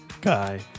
guy